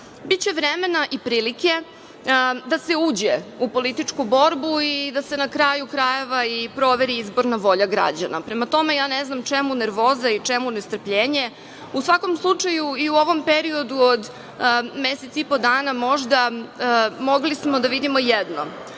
vremena i prilike da se uđe u političku borbu i da se na kraju krajeva i proveri izborna volja građana. Prema tome, ja ne znam čemu nervoza i čemu nestrpljenje.U svakom slučaju, i u ovom periodu od mesec i po dana možda smo mogli da vidimo jedno,